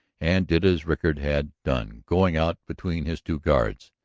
and did as rickard had done, going out between his two guards.